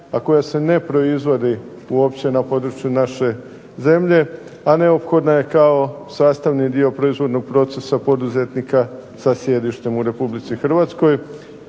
a koja se ne proizvodi uopće na području naše zemlje, a neophodna je kao sastavni dio proizvodnog procesa sa sjedištem u RH. Sve to